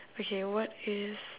okay what is